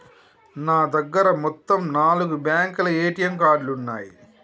నా దగ్గర మొత్తం నాలుగు బ్యేంకుల ఏటీఎం కార్డులున్నయ్యి